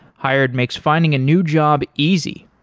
hired makes finding a new job easy.